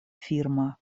firma